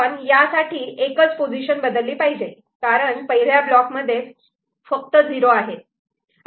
पण यासाठी एकच पोझिशन बदलली पाहिजे कारण पहिल्या ब्लॉक मध्ये फक्त '0' आहेत